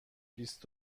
بیست